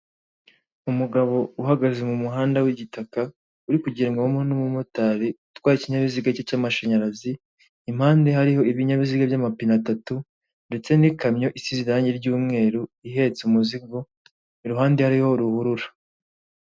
Umugabo uhagaze mu muhanda w'igitaka uri kugendwamo n'umumotari utwaye ikinyabiziga cye cy'amashanyarazi, impande hariho ibinyabiziga by'amapine atatu ndetse n'ikamyo isize irange ry'umweru ihetse umuzigo, iruhande hariho ruhurura.